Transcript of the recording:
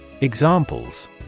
Examples